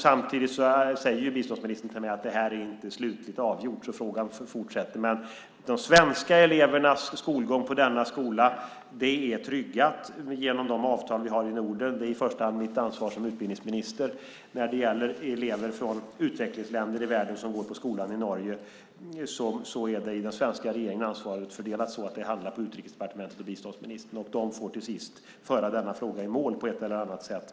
Samtidigt säger biståndsministern till mig att det här inte är slutligt avgjort, så frågan fortlever. De svenska elevernas skolgång på denna skola är tryggad genom de avtal vi har i Norden. Det är i första hand mitt ansvar som utbildningsminister. När det gäller elever från utvecklingsländer i världen som går på skolan i Norge är i den svenska regeringen ansvaret fördelat så att det hamnar på Utrikesdepartementet och biståndsministern, och de får till sist föra denna fråga i mål på ett eller annat sätt.